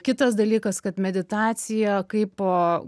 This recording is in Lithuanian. kitas dalykas kad meditacija kaipo